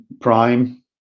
Prime